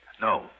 No